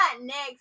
next